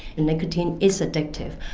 nicotine is addictive.